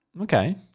okay